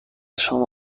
شما